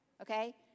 Okay